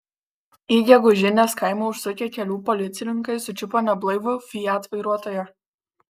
į gegužinės kaimą užsukę kelių policininkai sučiupo neblaivų fiat vairuotoją